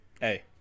hey